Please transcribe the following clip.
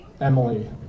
Emily